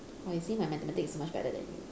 !wah! you see my mathematics is so much better than you